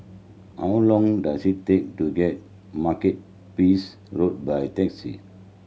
how long does it take to get peace Road by taxi